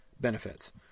benefits